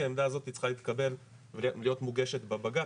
כי העמדה הזאתי צריכה להתקבל ולהיות מוגשת בבג"ץ,